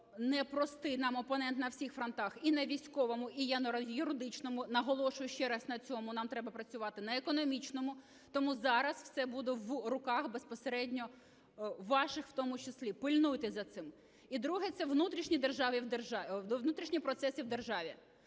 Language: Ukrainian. непростий нам опонент на всіх фронтах: і на військовому, і на юридичному (наголошую ще раз на цьому, нам треба працювати), на економічному. Тому зараз все буде в руках безпосередньо ваших у тому числі. Пильнуйте за цим. І друге – це внутрішні процеси в державі.